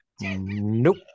Nope